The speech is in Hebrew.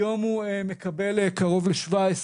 היום הוא מקבל קרוב ל-17